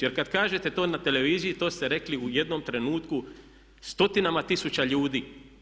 Jer kažete to na televiziji to ste rekli u jednom trenutku stotinama tisuća ljudi.